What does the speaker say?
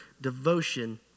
devotion